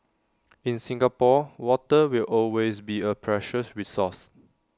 in Singapore water will always be A precious resource